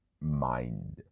Mind